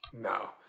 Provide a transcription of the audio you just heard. No